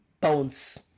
pounds